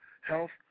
health